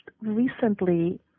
recently